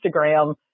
Instagram